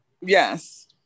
Yes